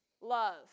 love